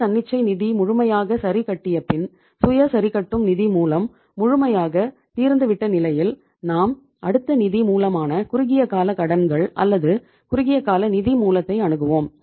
இந்த தன்னிச்சை நிதி முழுமையாக சரிகட்டியபின் சுய சரிகட்டும் நிதி மூலம் முழுமையாக தீர்ந்து விட்ட நிலையில் நாம் அடுத்த நிதி மூலமான குறுகிய கால கடன்கள் அல்லது குறுகிய கால நிதி மூலத்தை அணுகுவோம்